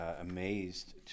amazed